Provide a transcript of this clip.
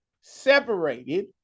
separated